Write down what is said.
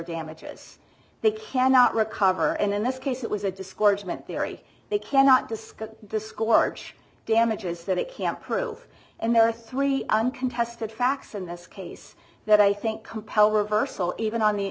damages they cannot recover and in this case it was a discouragement theory they cannot discuss the scorch damages that it can prove and there are three uncontested facts in this case that i think compel reversal even on the